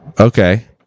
okay